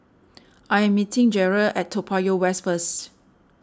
I am meeting Jerrell at Toa Payoh West first